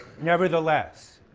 nevertheless,